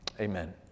amen